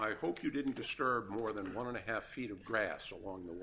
i hope you didn't disturb more than one and a half feet of grass along the